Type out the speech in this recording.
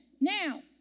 Now